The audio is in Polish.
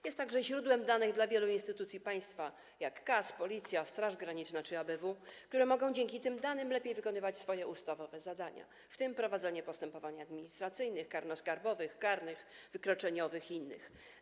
Jest także źródłem danych dla wielu instytucji państwa, takich jak KAS, Policja, Straż Graniczna czy ABW, które dzięki tym danym mogą lepiej wykonywać swoje ustawowe zadania, w tym prowadzenie postępowań administracyjnych, karnoskarbowych, karnych, wykroczeniowych i innych.